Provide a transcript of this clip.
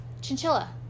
chinchilla